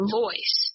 voice